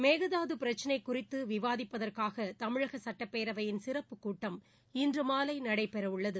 மேகதாது பிரச்சினை குறித்து விவாதிப்பதற்காக தமிழக சுட்டப்பேரவையின் சிறப்புக் கூட்டம் இன்று மாலை நடைபெறவுள்ளது